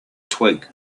twig